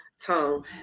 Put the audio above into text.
tongue